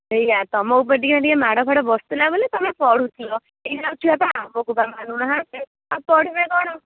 ସେଇଆ ତୁମ ଉପରେ ଟିକେ ଟିକେ ମାଡ଼ ଫାଡ଼ ବସୁଥିଲା ବୋଲି ତୁମେ ପଢ଼ୁଥିଲ ଏଇନା ଆଉ ଛୁଆ ପା ଆମକୁ ବା ମାନୁ ନାହାଁନ୍ତି ଆଉ ପଢ଼ିବେ କ'ଣ